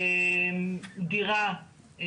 דירה,